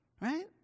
Right